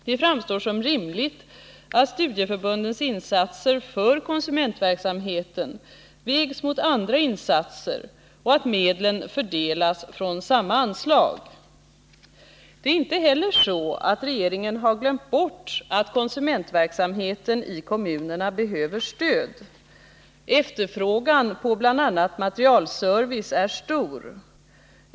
Det framstår såsom rimligt att studieförbundens insatser för konsumentverksamheten vägs mot andra insatser och att medlen fördelas från samma anslag. Regeringen har inte heller glömt bort att konsumentverksamheten i kommunerna behöver stöd. Efterfrågan på bl.a. materialservice är stor.